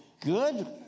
Good